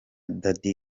dada